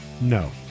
No